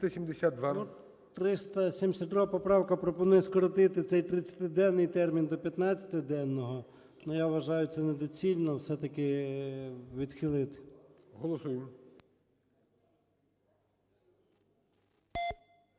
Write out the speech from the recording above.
372 поправка пропонує скоротити цей 30-денний термін до 15-денного. Ну я вважаю, це недоцільно. Все-таки відхилити. ГОЛОВУЮЧИЙ.